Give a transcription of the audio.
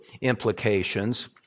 implications